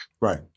Right